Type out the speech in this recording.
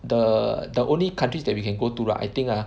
the the only countries that we can go to lah I think ah